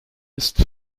ist